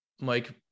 mike